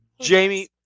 Jamie